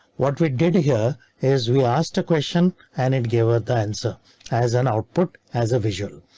what we did here is we asked a question and it gave her the answer as an output as a visual.